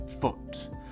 foot